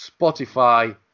Spotify